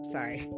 Sorry